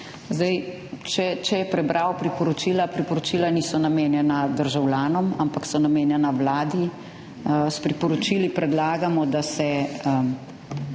Če je prebral priporočila, priporočila niso namenjena državljanom, ampak so namenjena Vladi. S priporočili predlagamo, da se